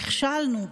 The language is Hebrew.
נכשלנו.